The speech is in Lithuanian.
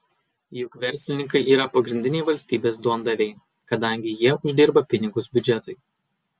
juk verslininkai yra pagrindiniai valstybės duondaviai kadangi jie uždirba pinigus biudžetui